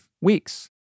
weeks